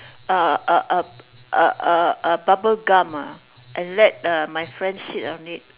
ah ah ah ah ah ah bubble gum ah and let uh my friend sit on it